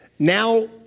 Now